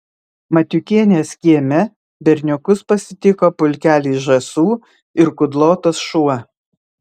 matiukienės kieme berniukus pasitiko pulkelis žąsų ir kudlotas šuo